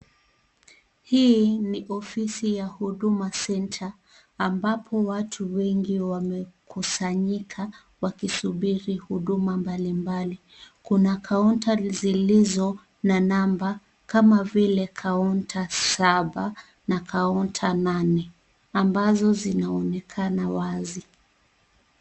Hii ni ofisi ya Huduma Center ambapo watu wengi wamekusanyika wakisubiri huduma mbalimbali, kuna kaunta zilizo na namba kama Vile kaunta 7 na kaunta 8 ambazo zinaonekana wazi.